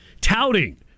touting